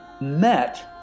met